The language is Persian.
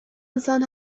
انسان